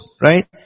right